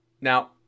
Now